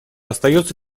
остается